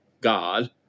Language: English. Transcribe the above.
God